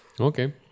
Okay